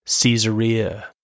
Caesarea